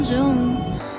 June